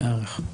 בערך,